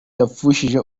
yapfushije